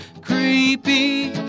creepy